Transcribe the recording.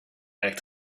back